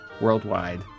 worldwide